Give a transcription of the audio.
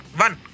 one